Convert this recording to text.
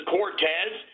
Cortez